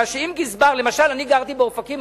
למשל, אני גרתי באופקים.